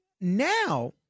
now